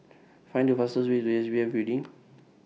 Find The fastest Way to S P F Building